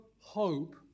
hope